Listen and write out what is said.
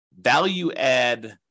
value-add